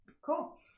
Cool